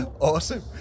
Awesome